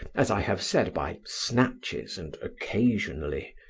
as i have said, by snatches, and occasionally.